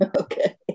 okay